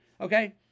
Okay